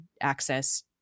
access